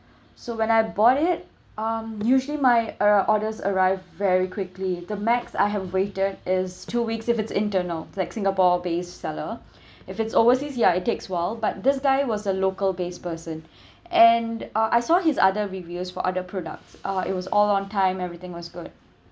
so when I bought it um usually my uh orders arrived very quickly the max I have waited is two weeks if it's internal like singapore based seller if it's overseas ya it takes awhile but this guy was a local based person and uh I saw his other reviews for other products uh it was all on time everything was good